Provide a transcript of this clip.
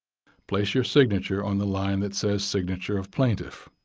place your signature on the line that says signature of plaintiff.